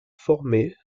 formées